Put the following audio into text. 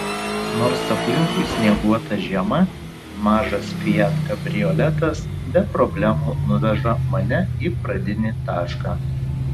nors aplinkui snieguota žiema mažas fiat kabrioletas be problemų nuveža mane į pradinį tašką